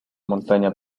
montaña